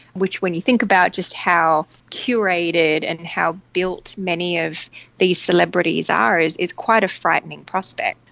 which when you think about just how curated and how built many of these celebrities are is is quite a frightening prospect.